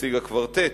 נציג הקוורטט,